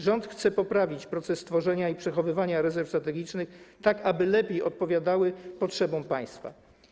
Rząd chce poprawić proces tworzenia i przechowywania rezerw strategicznych, tak aby lepiej odpowiadały potrzebom państwa.